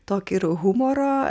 tokį humoro